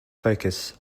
focus